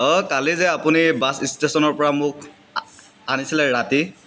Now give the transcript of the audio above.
অঁ কালিযে আপুনি বাছ ষ্টেশ্যনৰ পৰা মোক আনিছিলে ৰাতি